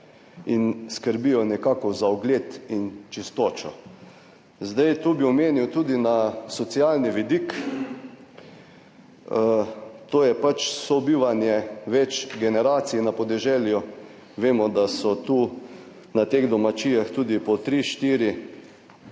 in skrbijo nekako za ugled in čistočo. Zdaj tu bi omenil tudi na socialni vidik. To je pač sobivanje več generacij na podeželju. Vemo, da so tu na teh domačijah tudi po tri, štiri